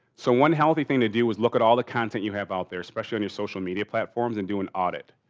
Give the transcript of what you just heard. so, one healthy thing to do is look at all the content you have out there especially on your social media platforms and do an audit.